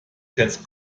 kennst